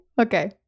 Okay